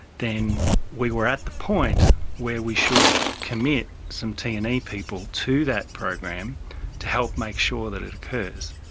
then we were at the point where we should commit some t and e people to that program to help make sure that it occurs.